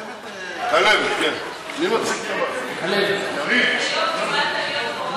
חברי חברי הכנסת,